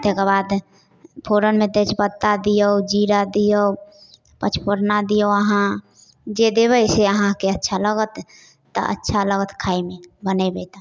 ताहिकेबाद फोरनमे तेजपत्ता दिऔ जीरा दिऔ पचफोरना दिऔ अहाँ जे देबै से अहाँके अच्छा लगत तऽ अच्छा लगत खाइमे बनेबै तऽ